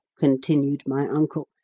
continued my uncle,